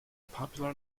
popular